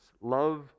Love